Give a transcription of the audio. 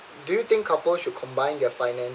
do you think couple should combine their finance